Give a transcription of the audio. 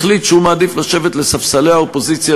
החליט שהוא מעדיף לשבת על ספסל האופוזיציה,